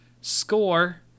score